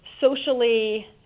socially